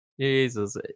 Jesus